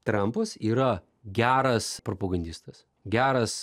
trampas yra geras propogandistas geras